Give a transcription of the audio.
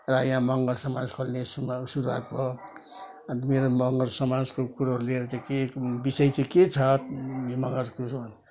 र यहाँ मगर समाज खोल्ने सुरु सुरुआत भयो अन्त मेरो मगर समाजको कुरो लिएर चाहिँ के विषय चाहिँ के छ मगरको भने